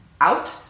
out